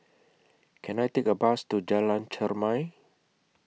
Can I Take A Bus to Jalan Chermai